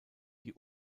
die